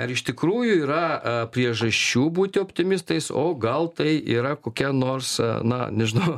ar iš tikrųjų yra priežasčių būti optimistais o gal tai yra kokia nors na nežinau